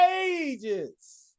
ages